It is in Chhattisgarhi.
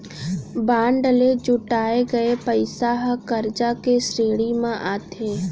बांड ले जुटाए गये पइसा ह करजा के श्रेणी म आथे